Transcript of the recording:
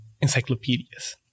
encyclopedias